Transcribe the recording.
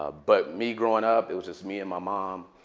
ah but me growing up, it was just me and my mom.